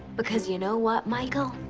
because you know what, michael